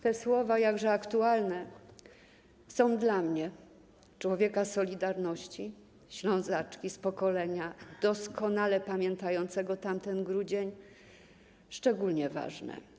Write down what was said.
Te słowa, jakże aktualne, są dla mnie, człowieka „Solidarności”, Ślązaczki z pokolenia doskonale pamiętającego tamten grudzień szczególnie ważne.